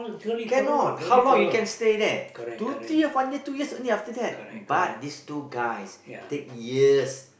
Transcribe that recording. cannot how long you can stay there two three years one years two years only after that but these two guys take years